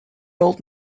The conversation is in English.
old